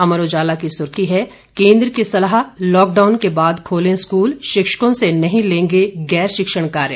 अमर उजाला की सुर्खी है केन्द्र की सलाह लॉकडाउन के बाद खोलें स्कूल शिक्षकों से नहीं लेंगे गैर शिक्षण कार्य